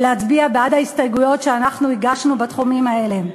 להצביע בעד ההסתייגויות שאנחנו הגשנו בתחומים האלה.